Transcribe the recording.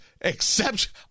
exception